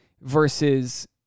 versus